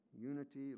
unity